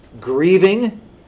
grieving